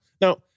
Now